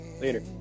Later